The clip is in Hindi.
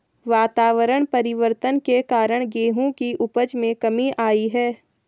वातावरण परिवर्तन के कारण गेहूं की उपज में कमी आई है